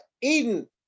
Eden